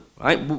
right